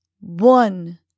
One